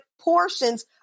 portions